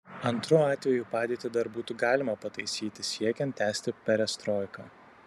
antru atveju padėtį dar būtų galima pataisyti siekiant tęsti perestroiką